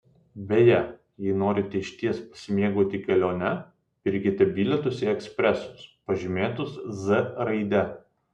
beje jei norite išties pasimėgauti kelione pirkite bilietus į ekspresus pažymėtus z raide